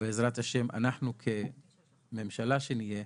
ובעזרת השם אנחנו כממשלה שנהיה,